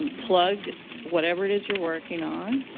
and plug whatever it is you're working on,